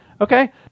Okay